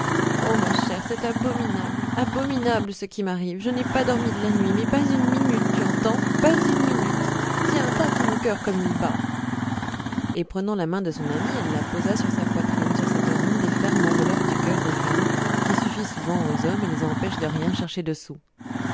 oh ma chère c'est abominable abominable ce qui m'arrive je n'ai pas dormi de la nuit mais pas une minute tu entends pas une minute tiens tâte mon coeur comme il bat et prenant la main de son amie elle la posa sur sa poitrine sur cette ronde et ferme enveloppe du coeur des femmes qui suffit souvent aux hommes et les empêche de rien chercher dessous